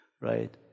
right